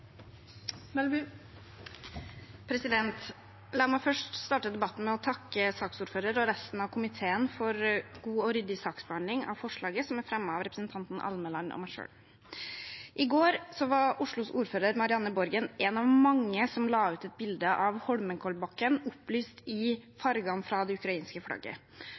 resten av komiteen for god og ryddig saksbehandling av forslaget, som er fremmet av representanten Almeland og meg selv. I går var Oslos ordfører Marianne Borgen en av mange som la ut bilde av Holmenkollbakken opplyst i fargene fra det ukrainske flagget.